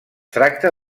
tracta